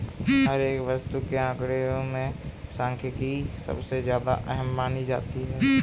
हर एक वस्तु के आंकडों में सांख्यिकी सबसे ज्यादा अहम मानी जाती है